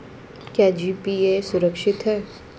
क्या जी.पी.ए सुरक्षित है?